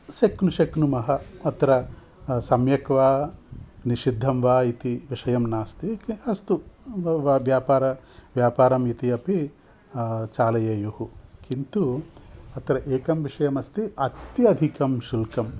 शक्नुमः शेक्नुमः अत्र सम्यक् वा निषिद्धं वा इति विषयं नास्ति किं अस्तु व व व्यापारं व्यापारम् इति अपि चालयेयुः किन्तु अत्र एकं विषयमस्ति अत्यधिकं शुल्कम्